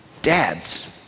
dads